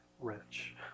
rich